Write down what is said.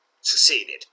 Succeeded